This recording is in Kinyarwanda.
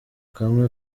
kamwe